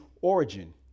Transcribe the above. origin